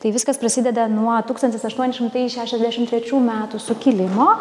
tai viskas prasideda nuo tūkstantis aštuoni šimtai šešiasdešim trečių metų sukilimo